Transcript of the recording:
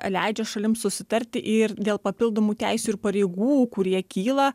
leidžia šalims susitarti ir dėl papildomų teisių ir pareigų kurie kyla